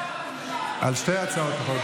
נצביע על שתי הצעות החוק,